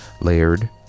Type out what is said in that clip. layered